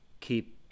keep